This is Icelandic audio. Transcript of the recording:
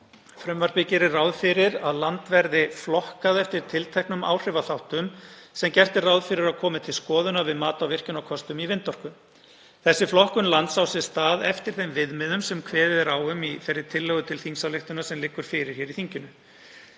frumvarpinu að land verði flokkað eftir tilteknum áhrifaþáttum sem gert er ráð fyrir að komi til skoðunar við mat á virkjunarkostum í vindorku. Þessi flokkun lands á sér stað eftir þeim viðmiðum sem kveðið er á um í þeirri tillögu til þingsályktunar sem liggur fyrir hér í þinginu.